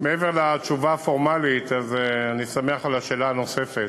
מעבר לתשובה הפורמלית, אני שמח על השאלה הנוספת.